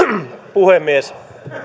puhemies